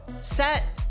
Set